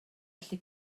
allu